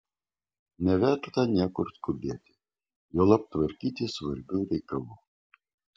neverta niekur skubėti juolab tvarkyti svarbių reikalų